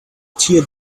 tear